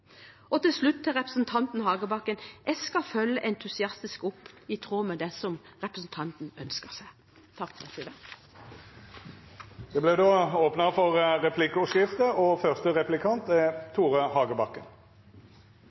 opphører. Til slutt til representanten Hagebakken: Jeg skal følge entusiastisk opp, i tråd med det som representanten ønsker seg. Det vert replikkordskifte. Statsrådens innlegg lover godt. Når vi så tydelig står sammen her, er